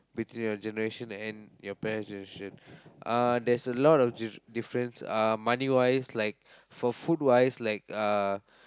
between your generation and your parents generation uh there's a lot of d~ difference uh money wise like for food wise like uh